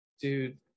Dude